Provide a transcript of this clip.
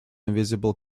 invisible